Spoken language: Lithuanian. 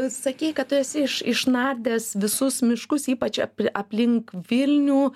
sakei kad tu esi iš išnardęs visus miškus ypač aplink vilnių